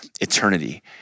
eternity